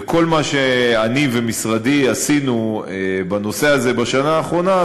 וכל מה שאני ומשרדי עשינו בנושא הזה בשנה האחרונה,